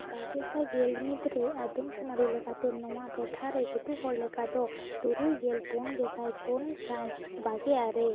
ᱵᱟᱨᱜᱮᱥᱟᱭ ᱜᱮᱞ ᱢᱤᱫᱨᱮ ᱟᱫᱚᱢ ᱥᱩᱢᱟᱹᱨᱤ ᱞᱮᱠᱟᱛᱮ ᱱᱚᱣᱟ ᱴᱚᱴᱷᱟ ᱨᱮ ᱜᱩᱰᱩ ᱦᱚᱲ ᱞᱮᱠᱟ ᱫᱚ ᱛᱩᱨᱩᱭ ᱜᱮᱞ ᱯᱩᱱ ᱜᱮᱥᱟᱭ ᱯᱩᱱ ᱥᱟᱭ ᱵᱟᱨᱜᱮ ᱟᱨᱮ